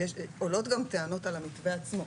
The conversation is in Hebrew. עולות גם טענות על המתווה עצמו.